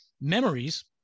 memories